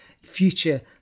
future